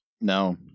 No